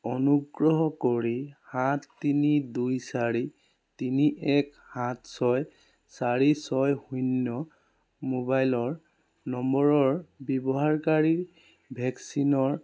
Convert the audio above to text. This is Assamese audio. আনুগ্ৰহ কৰি সাত তিনি দুই চাৰি তিনি এক সাত ছয় চাৰি ছয় শূন্য মোবাইলৰ নম্বৰৰ ব্যৱহাৰকাৰীৰ ভেকচিনৰ